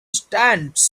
stands